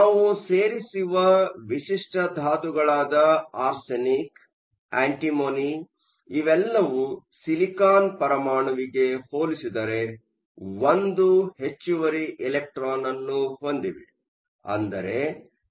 ನಾವು ಸೇರಿಸುವ ವಿಶಿಷ್ಟ ಧಾತುಗಳಾದ ಆರ್ಸೆನಿಕ್ ಆಂಟಿಮೊನಿ ಇವೆಲ್ಲವೂ ಸಿಲಿಕಾನ್ ಪರಮಾಣುವಿಗೆ ಹೋಲಿಸಿದರೆ 1 ಹೆಚ್ಚುವರಿ ಎಲೆಕ್ಟ್ರಾನ್ ಅನ್ನು ಹೊಂದಿವೆ